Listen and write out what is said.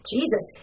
Jesus